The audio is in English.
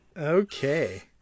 Okay